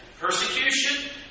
persecution